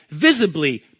visibly